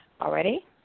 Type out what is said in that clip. already